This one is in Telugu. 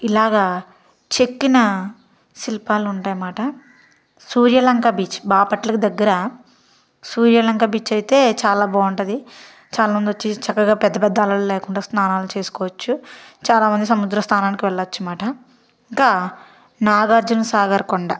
ఇలాగ చెక్కిన శిల్పాలుంటాయ్ మాట సూర్య లంకా బీచ్ బాపట్లకు దగ్గర సూర్య లంక బీచ్ అయితే చాలా బాగుంటుంది చాలా మందొచ్చి చక్కగా పెద్ద పెద్ద అలలు లేకుండా స్నానాలు చేసుకోచ్చు చాలా మంది సముద్ర స్నానానికి వెళ్ళచ్చుమాట ఇంకా నాగార్జున సాగర్ కొండ